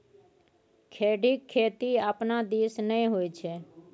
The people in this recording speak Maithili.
खेढ़ीक खेती अपना दिस नै होए छै